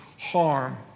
harm